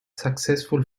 successful